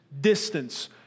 distance